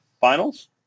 finals